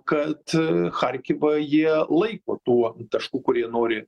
kad charkivą jie laiko tuo tašku kur jie nori